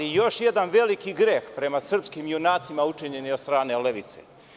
Još jedan veliki greh prema srpskim junacima učinjeni od strane levice.